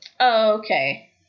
Okay